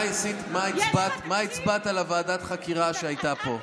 מה הצבעת על ועדת החקירה שהייתה פה?